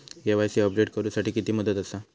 KYC update करू साठी किती मुदत आसा?